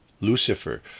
Lucifer